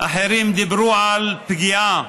אחרים דיברו על פגיעה.